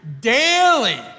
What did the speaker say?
daily